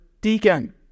deacon